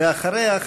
ואחריה,